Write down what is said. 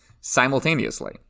simultaneously